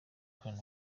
khan